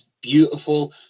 beautiful